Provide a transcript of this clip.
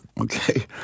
Okay